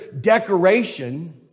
decoration